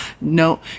no